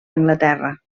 anglaterra